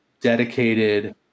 dedicated